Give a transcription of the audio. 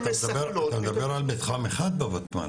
אתה מדבר על מתחם אחד בותמ"ל,